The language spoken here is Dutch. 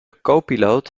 copiloot